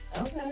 Okay